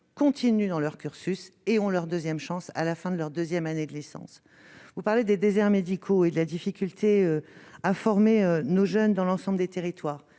continue dans leur cursus et on leur 2ème chance à la fin de leur 2ème, année de l'essence : vous parlez des déserts médicaux et de la difficulté à former nos jeunes dans l'ensemble des territoires,